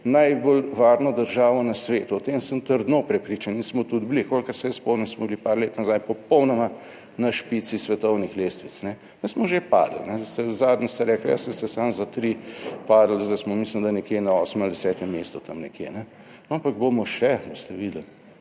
najbolj varno državo na svetu, o tem sem trdno prepričan in smo tudi bili, kolikor se jaz spomnim, smo bili par let nazaj popolnoma na špici svetovnih lestvic, da smo že padli, ste, zadnjič ste rekli, ja, saj smo samo za tri padli, zdaj smo, mislim, da nekje na 8. ali 10. mestu, tam nekje, ampak bomo še, boste videli.